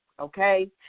Okay